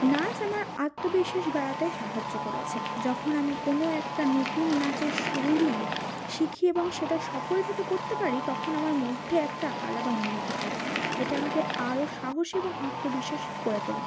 নাচ আমার আত্মবিশ্বাস বাড়াতে সাহায্য করেছে যখন আমি কোনো একটা নতুন নাচের শৈলী শিখি এবং সেটা সফলভাবে করতে পারি তখন আমার মধ্যে একটা আলাদা অনুভূতি হয় এটা আমাকে আরও সাহসী এবং আত্মবিশ্বাসী করে তোলে